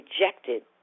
rejected